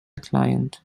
client